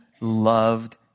loved